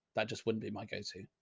that just wouldn't be my go to.